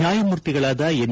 ನ್ಯಾಯಮೂರ್ತಿಗಳಾದ ಎನ್